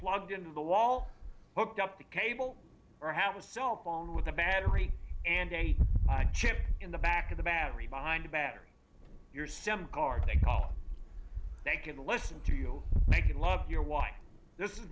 plugged into the wall hooked up the cable or have a cell phone with a battery and a chip in the back of the battery behind the battery your sim card they call they can listen to you they can love your why this